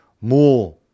more